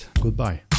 goodbye